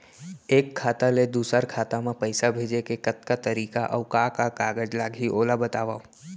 एक खाता ले दूसर खाता मा पइसा भेजे के कतका तरीका अऊ का का कागज लागही ओला बतावव?